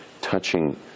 touching